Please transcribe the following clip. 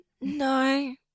No